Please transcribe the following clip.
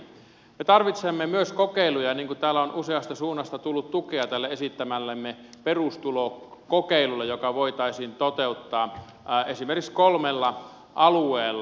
me tarvitsemme myös kokeiluja niin kuin täällä on useasta suunnasta tullut tukea tälle esittämällemme perustulokokeilulle joka voitaisiin toteuttaa esimerkiksi kolmella alueella